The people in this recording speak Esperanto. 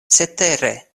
cetere